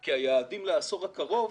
כי היעדים לעשור הקרוב